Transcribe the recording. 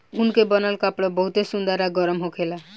ऊन के बनल कपड़ा बहुते सुंदर आ गरम होखेला